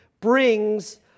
brings